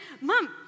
Mom